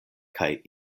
kaj